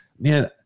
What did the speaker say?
Man